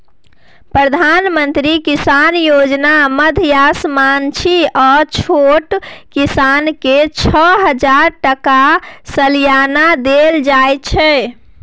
प्रधानमंत्री किसान योजना माध्यमसँ माँझिल आ छोट किसानकेँ छअ हजार टका सलियाना देल जाइ छै